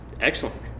excellent